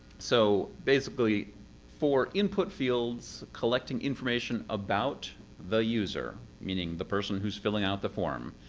so basically for input fields, collecting information about the user, meaning the person who's filling out the form,